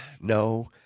no